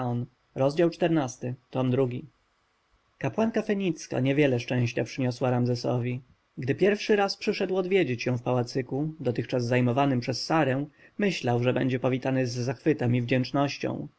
kamę kapłanka fenicka niewiele szczęścia przyniosła ramzesowi gdy pierwszy raz przyszedł odwiedzić ją w pałacyku dotychczas zajmowanym przez sarę myślał że będzie powitany z zachwytem i wdzięcznością